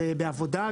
עובדים על זה,